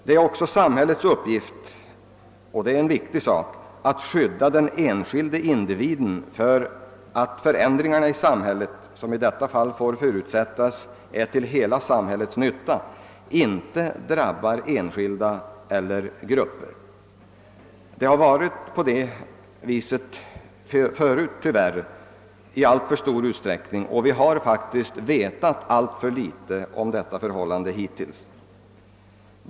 Det är också samhällets uppgift — och detta är en viktig sak — att skydda den enskilde individen så att förändringarna i samhället, som i detta fall får förut sättas syfta till hela samhällets nytta, inte drabbar enskilda eller grupper. Det har tyvärr varit så förr i alltför stor utsträckning, och vi har faktiskt hittills vetat alltför litet om detta förhållande.